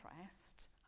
interest